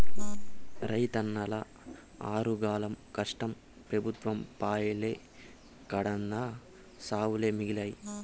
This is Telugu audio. రైతన్నల ఆరుగాలం కష్టం పెబుత్వం పాలై కడన్నా సావులే మిగిలాయి